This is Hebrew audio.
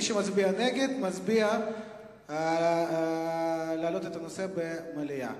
מי שמצביע נגד, מצביע להעלות את הנושא במליאה.